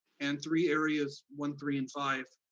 and three areas, one, three, and five,